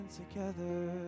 together